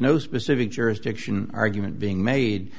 no specific jurisdiction argument being made